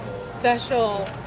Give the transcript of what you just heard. Special